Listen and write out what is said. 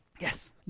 yes